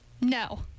No